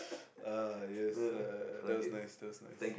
uh yes uh that was nice that was nice